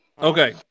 Okay